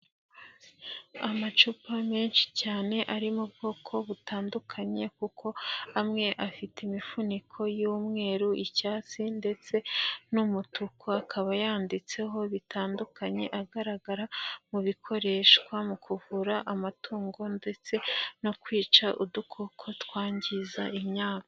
Amacupa menshi cyane ari mu bwoko butandukanye kuko amwe afite imifuniko y'umweru, icyatsi ndetse n'umutuku, akaba yanditseho bitandukanye agaragara mu bikoreshwa mu kuvura amatungo ndetse no kwica udukoko twangiza imyaka.